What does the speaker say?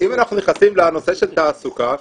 אם אנחנו נכנסים לנושא של תעסוקה,